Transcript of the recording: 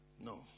no